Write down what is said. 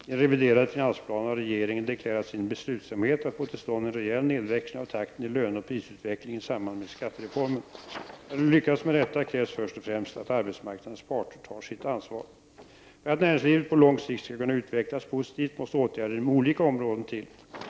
I den reviderade finansplanen har regeringen deklarerat sin beslutsamhet att få till stånd en rejäl nedväxling av takten i löneoch prisutvecklingen i samband med skatterefor men. För att lyckas med detta krävs först och främst att arbetsmarknadens parter tar sitt ansvar. För att näringslivet på lång sikt skall kunna utvecklas positivt måste åtgärder inom olika områden till.